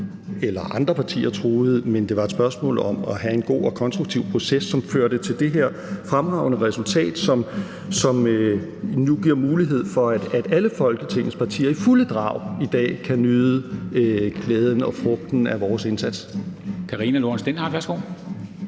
eller andre partier truede – men hvor det var et spørgsmål om at have en god og konstruktiv proces, som førte til det her fremragende resultat, som nu giver mulighed for, at alle Folketingets partier i fulde drag i dag kan nyde glæden og frugten af vores indsats.